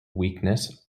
weakness